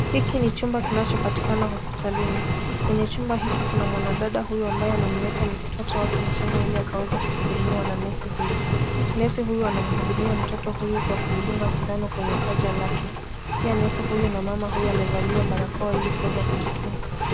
Hiki ni chumba kinachopatikana hospitalini. Wenye chumba hiki kuna mwanadada ambaye amemleta mtoto wake ili akaweze kuhudumiwa na nesi huyu. Nesi huyu anamhudumia mtoto huyo kwa kumdunga sindano wenye paja lake. Pia nesi huyu na mama huyu wamevalia barakoa ili kuweza kujikinga.